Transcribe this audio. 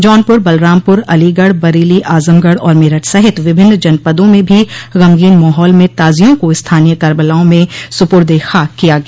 जौनपुर बलरामपुर अलीगढ़ बरेली आजमगढ़ और मेरठ सहित विभिन्न जनपदों में भी गमगीन माहौल में ताजियों को स्थानीय कर्बलाओं में सुपुर्द ए खाक किया गया